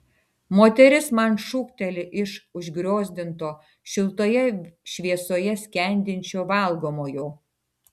moteris man šūkteli iš užgriozdinto šiltoje šviesoje skendinčio valgomojo